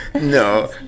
No